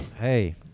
Hey